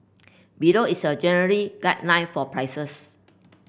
below is a general guideline for prices